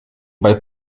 bei